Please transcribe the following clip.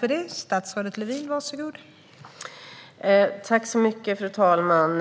Fru talman!